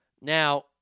Now